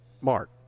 Mark